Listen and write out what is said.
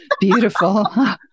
Beautiful